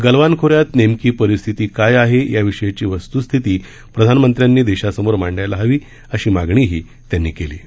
गलवान खोऱ्यात नेमकी परिस्थिती काय आहे याविषयीची वस्तुस्थिती प्रधानमंत्र्यांनी देशासमोर मांडायला हवी अशी मागणीही त्यांनी केली आहे